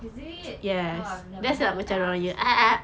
is it oh I never heard of that